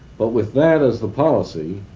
but with that as the policy,